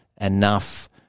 enough